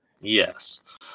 Yes